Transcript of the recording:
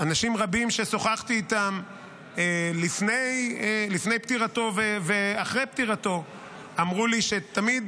אנשים רבים ששוחחתי איתם לפני פטירתו ואחרי פטירתו אמרו לי שתמיד